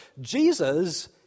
Jesus